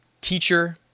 teacher